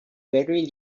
very